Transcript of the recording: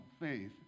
faith